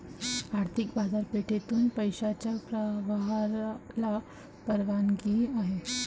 आर्थिक बाजारपेठेतून पैशाच्या प्रवाहाला परवानगी आहे